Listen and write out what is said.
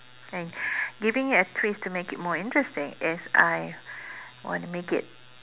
and giving it a twist to make it more interesting is I want to make it